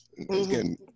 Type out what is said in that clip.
again